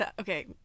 okay